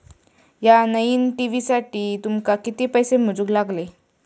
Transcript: या नईन टी.व्ही साठी तुमका किती पैसे मोजूक लागले?